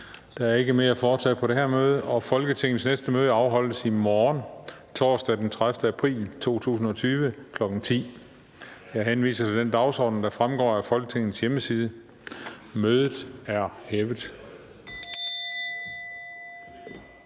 Der er ikke mere at foretage i dette møde. Folketingets næste møde afholdes i morgen, torsdag den 30. april 2020, kl. 10.00. Jeg henviser til den dagsorden, der fremgår af Folketingets hjemmeside. Mødet er hævet.